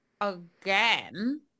again